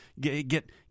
get